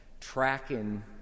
tracking